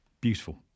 Beautiful